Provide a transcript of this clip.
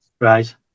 Right